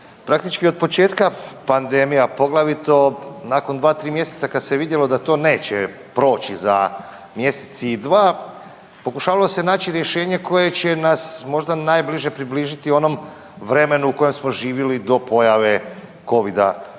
Praktički od početka pandemije, a poglavito nakon 2.3 mjeseca kad se vidjelo da to neće proći za mjesec i dva pokušavalo se naći rješenje koje će nas možda najbliže približiti onom vremenu u kojem smo živjeli do pojave Covida-19,